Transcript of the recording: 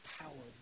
power